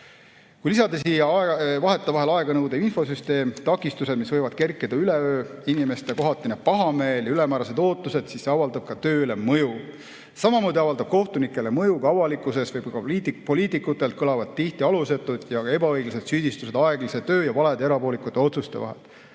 Kui lisada siia vahetevahel aega nõudev infosüsteem, takistused, mis võivad kerkida üleöö, inimeste kohatine pahameel ja ülemäärased ootused, siis [on selge, et] see avaldab tööle mõju. Samamoodi avaldab kohtunikele mõju avalikkuses või poliitikutelt kõlavad tihti alusetud ja ka ebaõiglased süüdistused aeglase töö ning valede ja erapoolikute otsuste pärast.